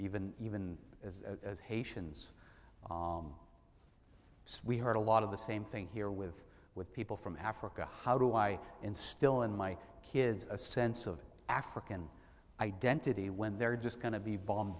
even even as haitians so we heard a lot of the same thing here with with people from africa how do i instill in my kids a sense of african identity when they're just going to be bomb